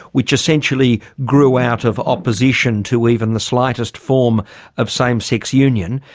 which essentially grew out of opposition to even the slightest form of same sex union.